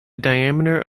diameter